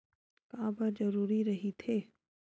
का बार जरूरी रहि थे?